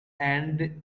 end